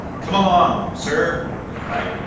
come along, sir, he cried.